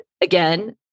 again